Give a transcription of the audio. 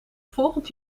volgend